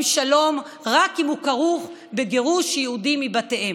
שלום רק אם הוא כרוך בגירוש יהודים מבתיהם.